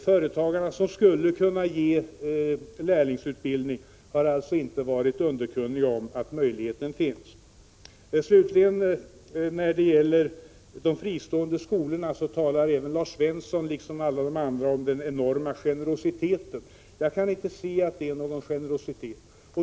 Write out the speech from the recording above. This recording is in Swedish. Företagarna som skulle ha kunnat ge lärlingsutbildning har alltså inte varit underkunniga om att den möjligheten finns. När det slutligen gäller de fristående skolorna talar Lars Svensson liksom alla de andra majoritetsföreträdarna om den enorma generositeten. Jag kan inte se att det är någon generositet.